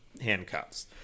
handcuffs